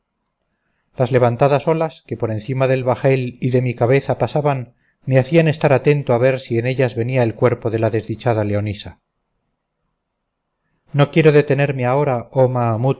las levantadas olas que por encima del bajel y de mi cabeza pasaban me hacían estar atento a ver si en ellas venía el cuerpo de la desdichada leonisa no quiero detenerme ahora oh